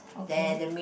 okay